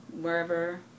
wherever